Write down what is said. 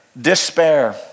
despair